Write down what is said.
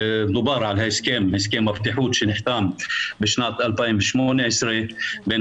דובר על הסכם הבטיחות שנחתם בשנת 2018 בין